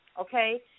Okay